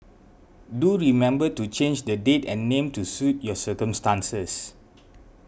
do remember to change the date and name to suit your circumstances